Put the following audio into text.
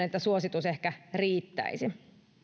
että suositus ehkä riittäisi